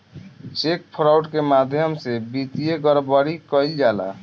check fraud के माध्यम से वित्तीय गड़बड़ी कईल जाला